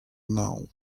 now